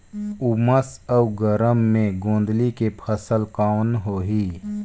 उमस अउ गरम मे गोंदली के फसल कौन होही?